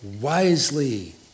wisely